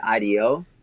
IDO